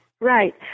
Right